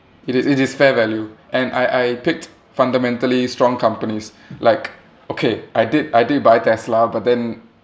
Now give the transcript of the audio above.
it is it is fair value and I I picked fundamentally strong companies like okay I did I did buy tesla but then